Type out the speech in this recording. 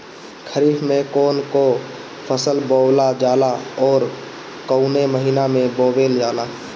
खरिफ में कौन कौं फसल बोवल जाला अउर काउने महीने में बोवेल जाला?